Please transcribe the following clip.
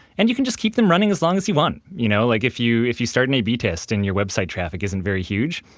and you can just keep them running as long as you want. you know like if you if you start an a b test and your website traffic isn't very huge,